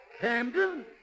Camden